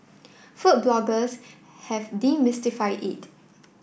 food bloggers have demystified it